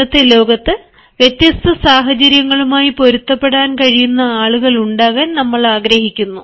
ഇന്നത്തെ ലോകത്ത് വ്യത്യസ്ത സാഹചര്യങ്ങളുമായി പൊരുത്തപ്പെടാൻ കഴിയുന്ന ആളുകളുണ്ടാകാൻ നമ്മൾ ആഗ്രഹിക്കുന്നു